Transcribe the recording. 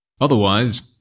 Otherwise